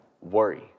worry